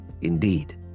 Indeed